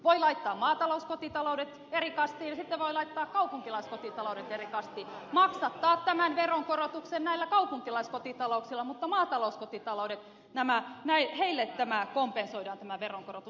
voi laittaa maatalouskotitaloudet eri kastiin ja sitten voi laittaa kaupunkilaiskotitaloudet eri kastiin maksattaa tämän veronkorotuksen näillä kaupunkilaiskotitalouksilla mutta maatalouskotitalouksille kompensoidaan tämä veronkorotus